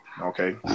okay